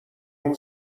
اون